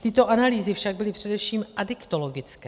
Tyto analýzy však byly především adiktologické.